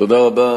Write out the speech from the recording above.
תודה רבה.